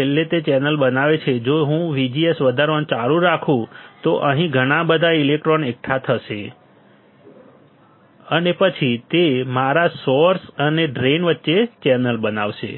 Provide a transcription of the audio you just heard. છેલ્લે તે ચેનલ બનાવે છે જો હું VGS વધારવાનું ચાલુ રાખું તો અહીં ઘણા બધા ઇલેક્ટ્રોન એકઠા થશે અને પછી તે મારા સોર્સ અને ડ્રેઇન વચ્ચે ચેનલ બનાવશે